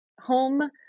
home